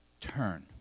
turn